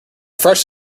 fresh